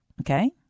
Okay